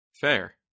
Fair